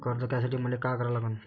कर्ज घ्यासाठी मले का करा लागन?